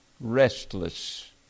restless